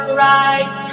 right